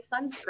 sunscreen